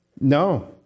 No